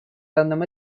данном